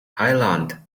highland